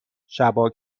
شبا